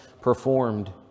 performed